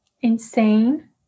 insane